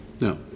No